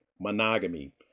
monogamy